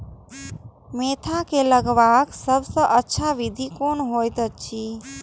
Mentha के लगवाक सबसँ अच्छा विधि कोन होयत अछि?